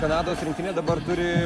kanados rinktinė dabar turi